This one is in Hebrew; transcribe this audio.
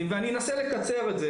אני אנסה לקצר את דבריי,